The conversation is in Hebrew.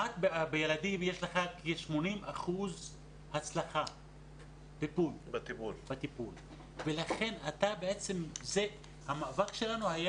בילדים יש 80% הצלחה בטיפול ולכן בעצם המבט שלנו היה